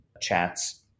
chats